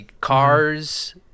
Cars